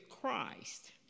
Christ